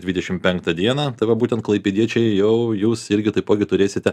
dvidešimt penktą dieną tai va būtent klaipėdiečiai jau jūs irgi taipogi turėsite